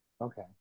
Okay